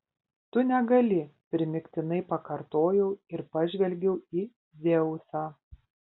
tu negali primygtinai pakartojau ir pažvelgiau į dzeusą